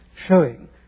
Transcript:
showing